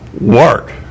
work